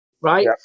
right